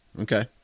okay